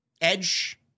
Edge